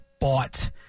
bought